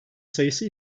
sayısı